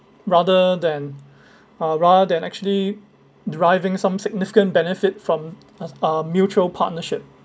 rather than uh rather than actually driving some significant benefit from as a mutual partnership